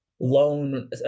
loan